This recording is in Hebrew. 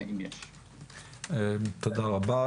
תודה רבה.